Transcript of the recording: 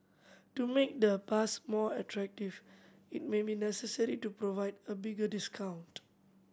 to make the pass more attractive it may be necessary to provide a bigger discount